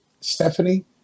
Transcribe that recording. Stephanie